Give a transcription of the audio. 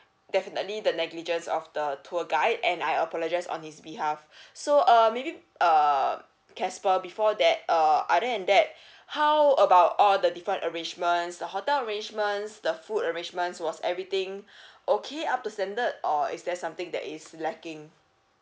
definitely the negligence of the tour guide and I apologise on his behalf so uh maybe err casper before that err other than that how about all the different arrangements the hotel arrangements the food arrangements was everything okay up to standard or is there something that is lacking